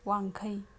ꯋꯥꯡꯈꯩ